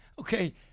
Okay